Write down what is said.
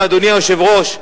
אדוני היושב-ראש,